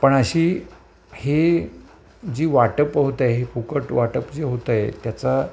पण अशी हे जी वाटप होतंय हे फुकट वाटप जे होतंय त्याचा